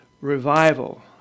revival